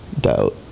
doubt